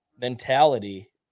mentality